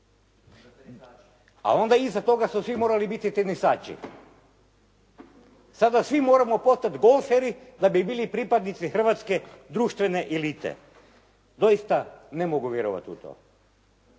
A onda iza toga su svi morali biti tenisači. Sada svi moramo postati golferi da bi bili pripadnici hrvatske društvene elite. Doista ne mogu vjerovati u to.